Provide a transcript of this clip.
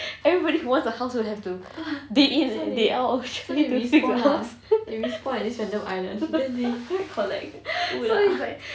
everybody wants a house will have day in and day out to build their house so it's like